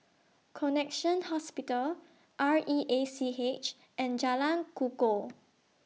Connexion Hospital R E A C H and Jalan Kukoh